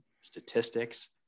statistics